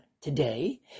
Today